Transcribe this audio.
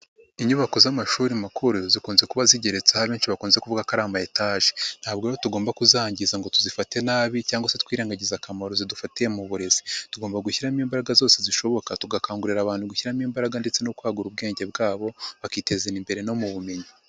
Inyubako z'amashuri makuru zikunze kuba zigeretse aho benshi bakunze kuvuga ko ari amayetaje, ntabwo rero tugomba kuzangiza ngo tuzifate nabi cyangwa se twirengagize akamaro zidufitiye mu burezi, tugomba gushyiramo imbaraga zose zishoboka tugakangurira abantu gushyiramo imbaraga ndetse no kwagura ubwenge bwabo bakiteza imbere no mu bumenyi.